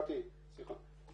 סליחה,